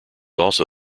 also